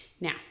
Now